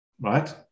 right